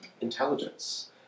intelligence